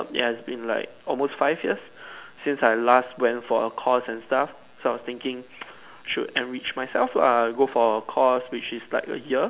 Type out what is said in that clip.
ya it has been like almost five year since I last went for a course and stuff so I was thinking should enrich myself lah go for a course which is like a year